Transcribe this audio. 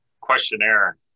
questionnaire